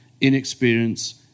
inexperience